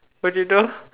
potato